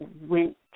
went